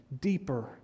deeper